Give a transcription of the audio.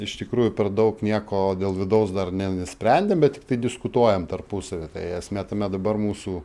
iš tikrųjų per daug nieko dėl vidaus dar nenusprendėm bet tiktai diskutuojam tarpusavy tai esmė tame dabar mūsų